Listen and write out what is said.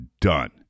done